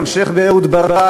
המשך באהוד ברק,